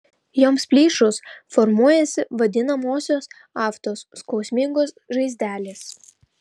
joms plyšus formuojasi vadinamosios aftos skausmingos žaizdelės